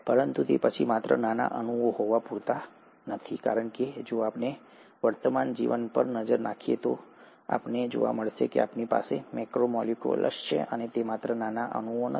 પરંતુ તે પછી માત્ર નાના અણુઓ હોવા પૂરતું નથી કારણ કે જો આપણે વર્તમાન જીવન પર નજર કરીએ તો તમે જોશો કે તમારી પાસે મેક્રોમોલેક્યુલ્સ છે અને માત્ર નાના અણુઓ નથી